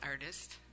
artist